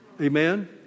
Amen